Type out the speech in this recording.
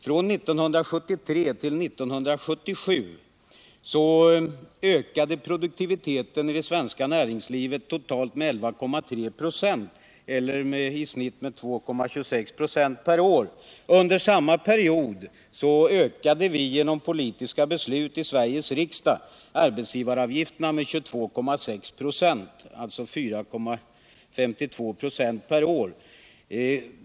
Från 1973 till 1977 ökade produktiviteten i det svenska näringslivet med totalt 11,3 96 eller med i genomsnitt 2,26 926 perår. Under samma period ökade vi genom politiska beslut i Sveriges riksdag arbetsgivaravgifterna med 22,6 96, alltså 4,52 96 per år.